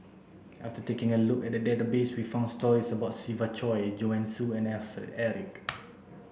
after taking a look at the database we found stories about Siva Choy Joanne Soo and Alfred Eric